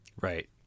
Right